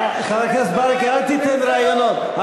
חבר הכנסת ברכה, אל תיתן רעיונות.